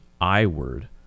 I-word